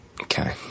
Okay